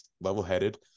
level-headed